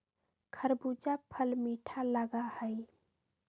खरबूजा फल मीठा लगा हई